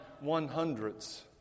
one-hundredths